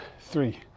three